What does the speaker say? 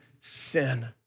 sin